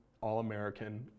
All-American